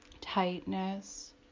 tightness